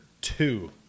Two